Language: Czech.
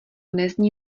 nezní